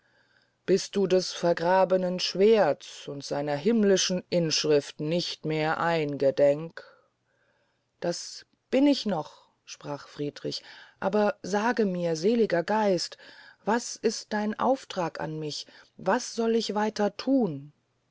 bist du des vergrabenen schwerdts und seiner himmlischen inschrift nicht mehr eingedenk das bin ich noch sprach friedrich aber sage mir seliger geist was ist dein auftrag an mich was soll ich weiter thun